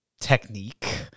technique